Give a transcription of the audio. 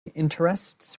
interests